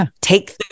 take